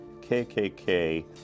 kkk